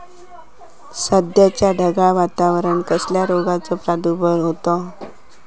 सध्याच्या ढगाळ वातावरणान कसल्या रोगाचो प्रादुर्भाव होता?